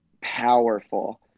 powerful